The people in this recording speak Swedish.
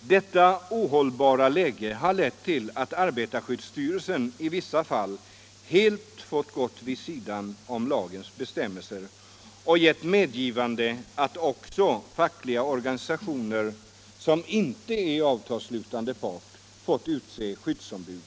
Detta ohållbara läge har lett till att arbetarskyddsstyrelsen i vissa fall helt fått gå vid sidan av lagens bestämmelser och lämnat medgivande till att också fackliga organisationer som inte är avtalsslutande parter får utse skyddsombud.